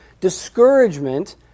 discouragement